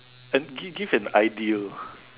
and give give an ideal